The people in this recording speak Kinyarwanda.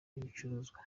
ibicuruzwa